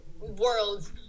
worlds